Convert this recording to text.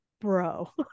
bro